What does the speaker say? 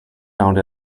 found